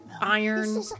iron